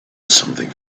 something